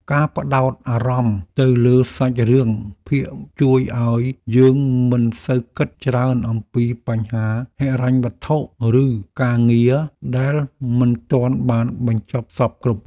ការផ្ដោតអារម្មណ៍ទៅលើសាច់រឿងភាគជួយឱ្យយើងមិនសូវគិតច្រើនអំពីបញ្ហាហិរញ្ញវត្ថុឬការងារដែលមិនទាន់បានបញ្ចប់សព្វគ្រប់។